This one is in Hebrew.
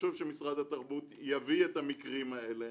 חשוב שמשרד התרבות יביא את המקרים האלה,